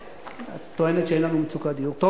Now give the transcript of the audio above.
אין לך מצוקת דיור, זה הכול.